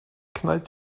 knallt